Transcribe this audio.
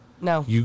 No